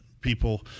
people